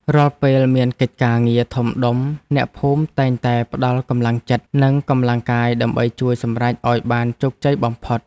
រាល់ពេលមានកិច្ចការងារធំដុំអ្នកភូមិតែងតែផ្ដល់កម្លាំងចិត្ត និងកម្លាំងកាយដើម្បីជួយសម្រេចឱ្យបានជោគជ័យបំផុត។